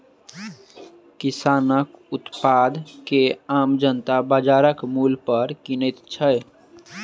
किसानक उत्पाद के आम जनता बाजारक मूल्य पर किनैत छै